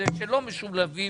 אלה שלא משולבים,